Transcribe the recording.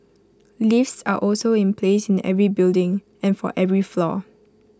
lifts are also in place in every building and for every floor